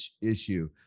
issue